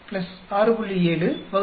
2 6